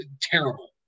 terrible